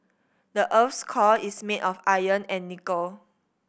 the earth's core is made of iron and nickel